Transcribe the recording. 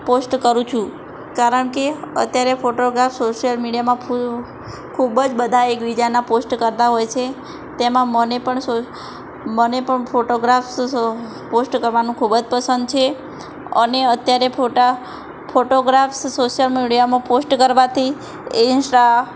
post કરું છું કારણ કે અત્યારે ફોટોગ્રાફ્સ સોશ્યલ મીડિયામાં ફૂ ખૂબ જ બધા એકબીજાના પોસ્ટ કરતા હોય છે તેમાં મને પણ સો મને પણ ફોટોગ્રાફ્સ સસ પોસ્ટ કરવાનું ખૂબ જ પસંદ છે અને અત્યારે ફોટા ફોટોગ્રાફ્સ સોશ્યલ મીડિયામાં પોસ્ટ કરવાથી ઇંસ્ટા